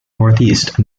northeast